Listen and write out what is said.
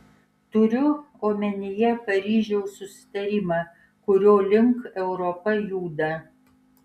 turiu omenyje paryžiaus susitarimą kurio link europa juda